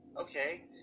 Okay